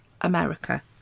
America